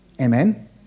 Amen